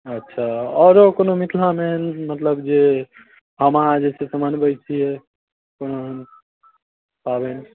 अच्छा आओरो कोनो मिथिलामे मतलब जे हम अहाँ जे छै से मनबैत छियै कोन पाबनि